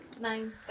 Nine